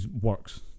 works